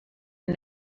ein